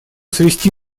свести